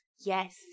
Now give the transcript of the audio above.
Yes